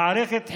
מערכת חינוך,